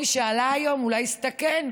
היא שכל מי שעלה היום אולי הסתכן,